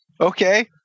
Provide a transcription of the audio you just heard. Okay